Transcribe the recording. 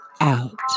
out